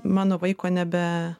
mano vaiko nebe